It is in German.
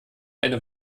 eine